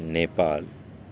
Nepal